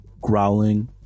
growling